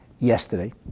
Yesterday